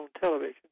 television